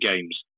games